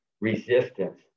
resistance